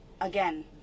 again